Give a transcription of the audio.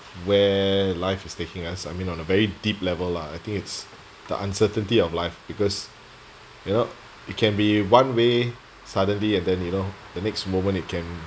where life is taking us I mean on a very deep level lah I think it's the uncertainty of life because you know it can be one way suddenly and then you know the next moment it can